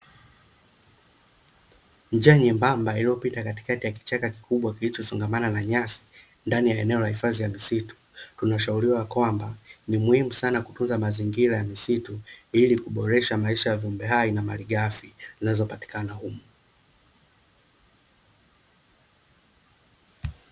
Njia nyembamba iliyopita katikati ya kichaka kikubwa kilichosongamana na nyasi ndani ya eneo la hifadhi ya misitu. Tunashauriwa kwamba, ni muhimu sana kutunza mazingira ya misitu ili kuboresha maisha ya viumbe hai na malighafi zinazopatikana humu.